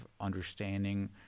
understanding